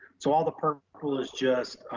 so all the purple is just